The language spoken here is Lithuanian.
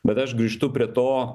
bet aš grįžtu prie to